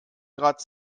grad